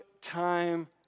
time